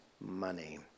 money